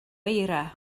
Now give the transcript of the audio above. eira